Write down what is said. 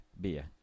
beer